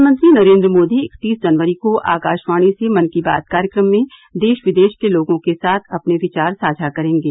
प्रधानमंत्री नरेंद्र मोदी इकतीस जनवरी को आकाशवाणी से मन की बात कार्यक्रम में देश विदेश के लोगों के साथ अपने विचार साझा करेंगे